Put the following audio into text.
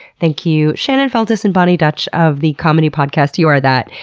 thank you, shannon feltus and boni dutch of the comedy podcast you are that.